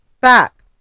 back